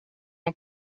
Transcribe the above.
ans